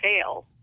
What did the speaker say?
fail